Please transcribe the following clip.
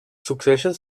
succeeixen